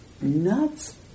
nuts